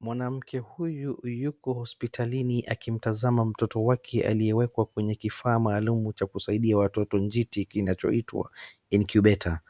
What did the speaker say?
Mwanamke huyu yuko hospitalini akimtazama mtoto wake aliyewekwa kwenye kifaa maalum cha kusaidia watoto njiti kinachoitwa incubator .